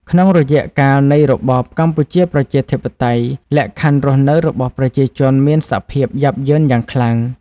ក្នុងរយៈកាលនៃ របបកម្ពុជាប្រជាធិបតេយ្យ លក្ខខណ្ឌរស់នៅរបស់ប្រជាជនមានសភាពយ៉ាប់យ៉ឺនយ៉ាងខ្លាំង ។